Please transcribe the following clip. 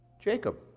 Jacob